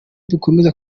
dukomeza